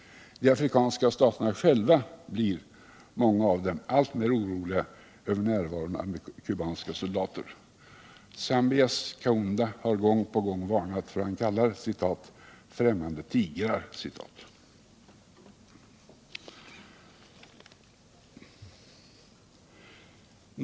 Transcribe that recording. De afrikanska staterna själva blir alltmer oroliga över närvaron av kubanska soldater. Zambias Kaunda har gång på gång varnat för vad han kallar ”främmande tigrar”.